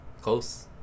Close